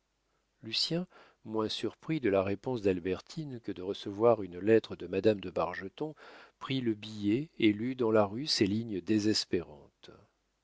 impertinent lucien moins surpris de la réponse d'albertine que de recevoir une lettre de madame de bargeton prit le billet et lut dans la rue ces lignes désespérantes